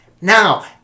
Now